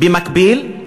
במקביל,